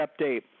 update